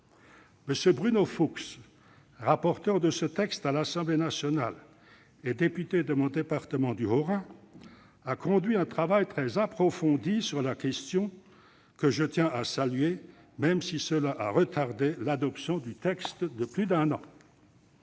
M. Bruno Fuchs, rapporteur de ce texte à l'Assemblée nationale et député de mon département du Haut-Rhin, a conduit un travail très approfondi sur la question, que je tiens à saluer, même si cela a retardé l'adoption du texte de plus d'un an